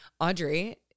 Audrey